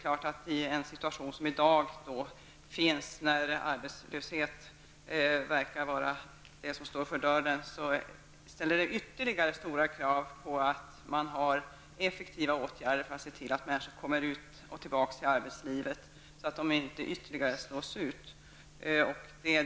Den situation som vi i dag befinner oss i när arbetslösheten verkar stå för dörren ställs det ytterligare stora krav på att det vidtas effektiva åtgärder för att se till att människor kommer tillbaka till arbetslivet så att de inte slås ut.